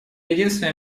единственное